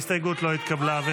ההסתייגות לא התקבלה.